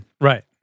right